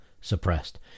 suppressed